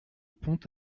pont